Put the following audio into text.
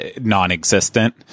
non-existent